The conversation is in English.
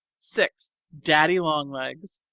six. daddy-long-legs.